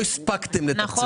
לא הספקתם לתקצב.